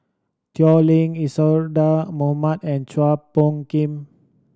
Tao Li Isadhora Mohamed and Chua Phung Kim